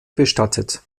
bestattet